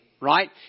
right